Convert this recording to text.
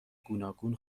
گوناگون